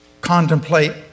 contemplate